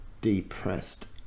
depressed